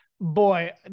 Boy